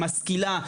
משכילה,